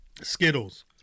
Skittles